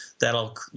That'll